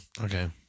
okay